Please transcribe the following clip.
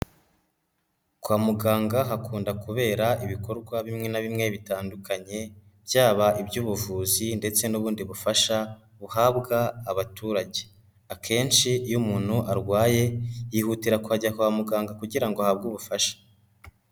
Kwa muganga hakunda kubera ibikorwa bimwe na bimwe bitandukanye byaba iby'ubuvuzi ndetse n'ubundi bufasha buhabwa abaturage, akenshi iyo umuntu arwaye yihutira kujya kwa muganga kugira ngo ahabwe ubufasha.